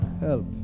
Help